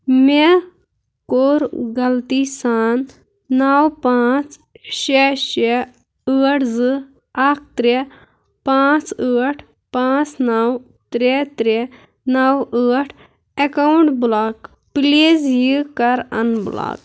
مےٚ کوٚر غلطی سان نَو پانٛژھ شےٚ شےٚ ٲٹھ زٕ اَکھ ترٛےٚ پانٛژھ ٲٹھ پانٛژھ نَو ترٛےٚ ترٛےٚ نَو ٲٹھ ایکاوُنٛٹ بُلاک پُلیٖز یہِ کَر اَن بُلاک